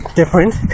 different